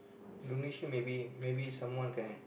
donation maybe maybe someone can